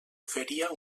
oferia